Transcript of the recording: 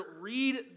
Read